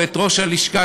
ואת ראש הלשכה,